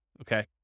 okay